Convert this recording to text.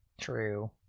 True